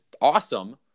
awesome